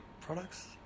products